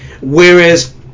whereas